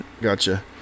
Gotcha